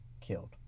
killed